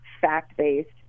fact-based